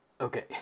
okay